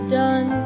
done